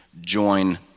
join